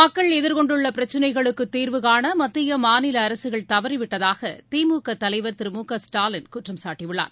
மக்கள் எதிர்கொண்டுள்ள பிரச்னைகளுக்கு தீர்வுகாண மத்திய மாநில அரசுகள் தவறிவிட்டாக திமுக தலைவர் திரு மு க ஸ்டாலின் குற்றம் சாட்டியுள்ளார்